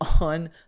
on